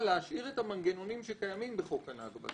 אבל להשאיר את המנגנונים שקיימים בחוק הנכבה.